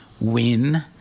win